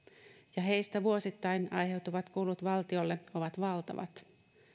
ja heistä vuosittain aiheutuvat kulut valtiolle ovat valtavat